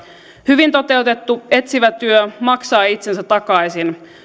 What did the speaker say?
hyvin toteutettu etsivä työ maksaa itsensä takaisin